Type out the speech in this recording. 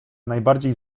najbardziej